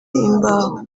imbaho